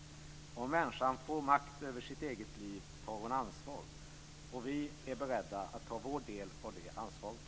Om människan får makt över sitt eget liv tar hon ansvar. Vi är beredda att ta vår del av det ansvaret.